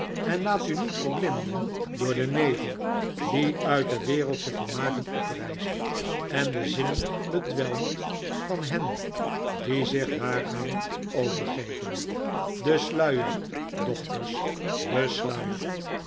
en laat u niet verblinden door den nevel die uit de wereldsche vermaken oprijst en de zinnen bedwelmt van hen die zich daaraan overgeven de sluier dochters desluier